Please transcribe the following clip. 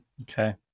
Okay